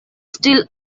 still